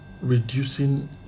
reducing